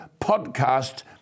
podcast